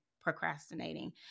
procrastinating